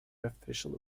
official